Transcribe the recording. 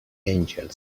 angels